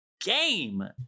game